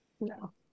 No